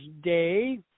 day